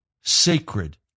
sacred